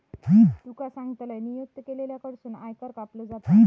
तुका सांगतंय, नियुक्त केलेल्या कडसून आयकर कापलो जाता